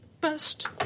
Best